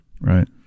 Right